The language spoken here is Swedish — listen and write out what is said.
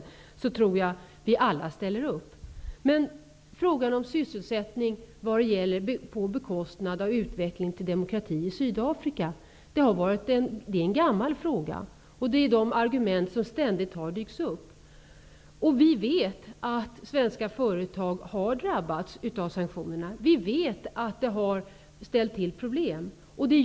Och då tror jag att vi alla ställer upp. Men sysselsättning på bekostnad av utveckling av demokrati i Sydafrika är en gammal fråga. Argumenten har ständigt dykt upp. Vi vet att svenska företag har drabbats av sanktionerna, och vi vet att sanktionerna har orsakat problem.